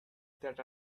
that